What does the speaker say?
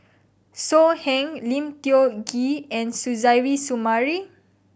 So Heng Lim Tiong Ghee and Suzairhe Sumari